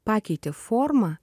pakeitė formą